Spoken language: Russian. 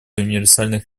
универсальных